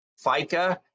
FICA